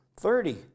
thirty